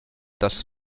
das